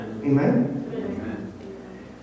Amen